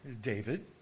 David